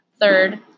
Third